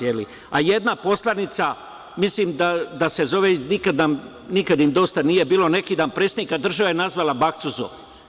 Jedna poslanica, mislim da je iz nikad im dosta nije bilo, neki dan predsednika države nazvala baksuzom.